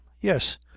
Yes